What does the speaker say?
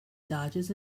dodges